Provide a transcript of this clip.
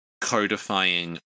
codifying